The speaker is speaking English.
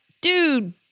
dude